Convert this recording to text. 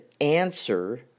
answer